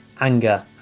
Anger